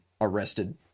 arrested